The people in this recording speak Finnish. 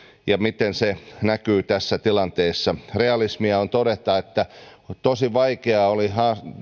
ja se miten se näkyy tässä tilanteessa realismia on todeta että tosi vaikeaa oli